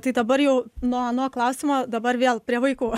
tai dabar jau nuo ano klausimo dabar vėl prie vaikų